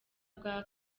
bwa